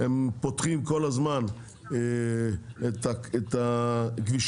הם פותחים כל הזמן את הכבישים,